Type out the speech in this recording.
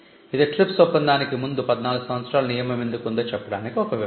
ఇది TRIPS ఒప్పందానికి ముందు 14 సంవత్సరాల నియమం ఎందుకు ఉందొ చెప్పటానికి ఒక వివరణ